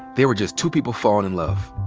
they were just two people fallin' in love.